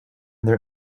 their